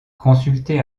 consulter